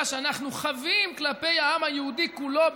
שאנחנו חבים כלפי העם היהודי כולו,